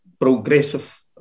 progressive